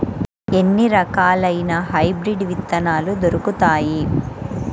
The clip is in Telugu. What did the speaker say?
ఎన్ని రకాలయిన హైబ్రిడ్ విత్తనాలు దొరుకుతాయి?